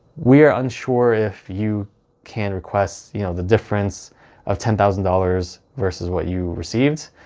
we are unsure if you can request you know the difference of ten thousand dollars versus what you received.